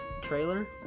trailer